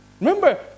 Remember